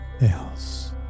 else